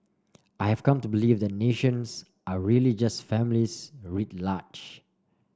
I have come to believe that nations are really just families writ large